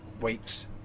weeks